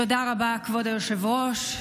תודה רבה, כבוד היושב-ראש.